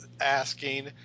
asking